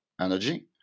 energy